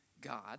God